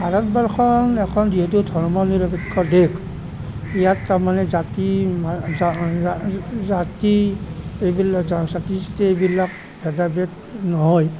ভাৰতবৰ্ষ এখন যিহেতু ধৰ্মনিৰপেক্ষ দেশ ইয়াত তাৰ মানে জাতি জাতি এইবিলাক জাতি চাতি এইবিলাক ভেদাভেদ নহয়